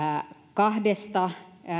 kahdesta